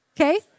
okay